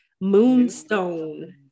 moonstone